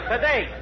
Today